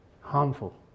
harmful